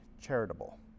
charitable